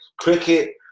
cricket